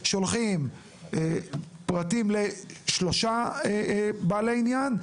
שולחים פרטים לשלושה בעלי עניין,